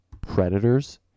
predators